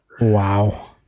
Wow